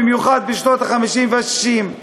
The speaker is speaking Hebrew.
במיוחד בשנות ה-50 וה-60,